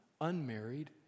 unmarried